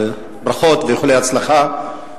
ברכות ואיחולי הצלחה.